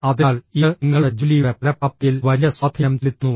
അതിനാൽ ഇത് നിങ്ങളുടെ ജോലിയുടെ ഫലപ്രാപ്തിയിൽ വലിയ സ്വാധീനം ചെലുത്തുന്നു